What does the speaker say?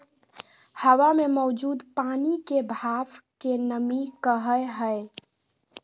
हवा मे मौजूद पानी के भाप के नमी कहय हय